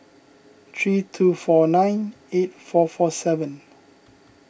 three two four nine eight four four seven